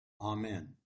Amen